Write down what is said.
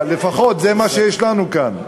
לפחות זה מה שיש לנו כאן.